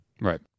right